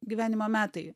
gyvenimo metai